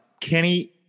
Kenny